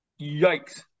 Yikes